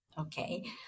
Okay